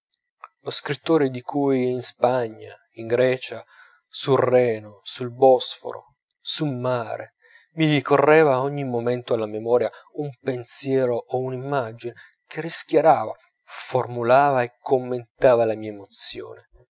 lo scrittore di cui in spagna in grecia sul reno sul bosforo sul mare mi ricorreva ogni momento alla memoria un pensiero o una immagine che rischiarava formulava e commentava la mia emozione